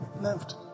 left